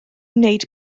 wneud